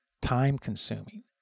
time-consuming